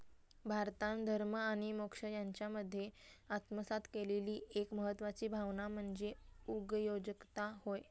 भारतान धर्म आणि मोक्ष यांच्यामध्ये आत्मसात केलेली एक महत्वाची भावना म्हणजे उगयोजकता होय